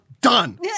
Done